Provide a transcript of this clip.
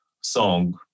song